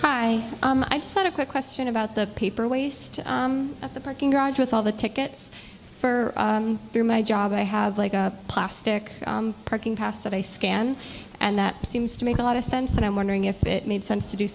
just had a quick question about the paper waste at the parking garage with all the tickets for for my job i have like a plastic parking pass that i scan and that seems to make a lot of sense and i'm wondering if it made sense to do